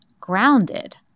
grounded